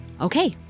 Okay